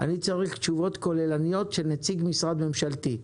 אני צריך תשובות כוללניות של נציג משרד ממשלתי.